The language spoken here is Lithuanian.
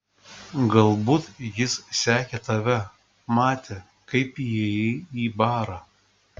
galbūt jis sekė tave matė kaip įėjai į barą